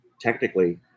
technically